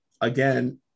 again